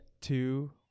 two